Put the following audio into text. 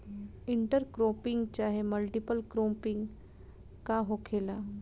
Inter cropping चाहे multiple cropping का होखेला?